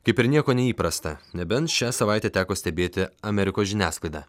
kaip ir nieko neįprasta nebent šią savaitę teko stebėti amerikos žiniasklaidą